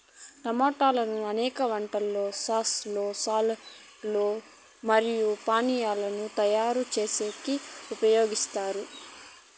టమోటాలను అనేక వంటలలో సాస్ లు, సాలడ్ లు మరియు పానీయాలను తయారు చేసేకి ఉపయోగిత్తారు